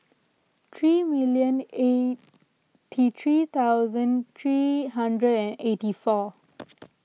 three million eight three thousand three hundred and eighty four